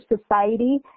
society